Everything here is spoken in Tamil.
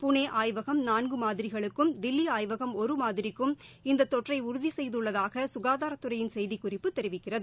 புனே ஆய்வகம் நான்கு மாதிரிகளுக்கும் தில்லி ஆய்வகம் ஒரு மாதிரிக்கும் இந்த தொற்றை உறுதி செய்துள்ளதாக சுகாதாரத்துறையின் செய்திக்குறிப்பு தெரிவிக்கிறது